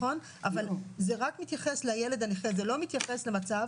אבל זה רק מתייחס לילד הנכה, זה לא מתייחס למצב